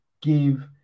give